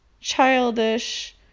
childish